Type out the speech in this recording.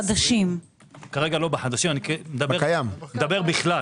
כרגע אני מדבר בכלל,